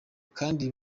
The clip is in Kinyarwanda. kandi